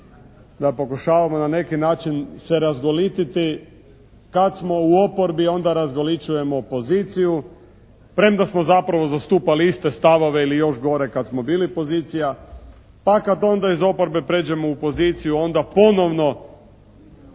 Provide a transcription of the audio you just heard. da pokušavamo na neki način se razgolititi. Kad smo u oporbi onda razgolićujemo poziciju premda smo zapravo zastupali iste stavove ili još gore kad smo bili pozicija. Pa kad onda iz oporbe pređemo u poziciju onda ponovno